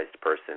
person